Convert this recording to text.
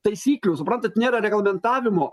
taisyklių suprantat nėra reglamentavimo